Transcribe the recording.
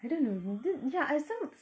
I don't know man the ya some